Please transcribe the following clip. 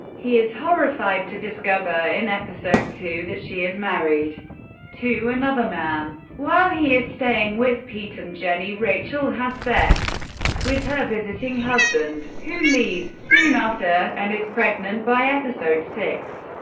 he is horrified to discover in episode two that she is married to another man. while he is staying with pete and jenny, rachel has sex with her visiting husband who leaves soon after and is pregnant by episode six.